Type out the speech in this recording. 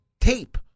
tape